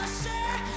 share